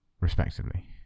respectively